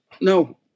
no